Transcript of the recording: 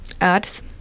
ads